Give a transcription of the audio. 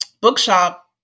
Bookshop